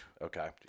Okay